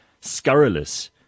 scurrilous